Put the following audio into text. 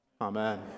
Amen